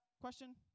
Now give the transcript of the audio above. question